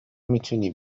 میتونی